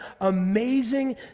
amazing